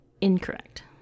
Incorrect